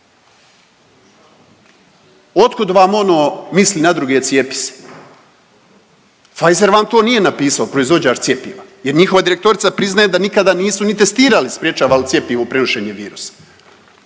Od kud vam ono, misli na druge, cijepi se. Pfizer vam to nije napisao, proizvođač cjepiva jer njihova direktorica priznaje da nikada nisu ni testirali li sprječava li cjepivo prenošenje virusa.